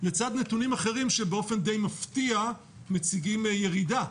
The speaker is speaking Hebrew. לצד נתונים אחרים שבאופן די מפתיע מציגים ירידה.